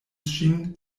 ŝin